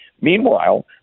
Meanwhile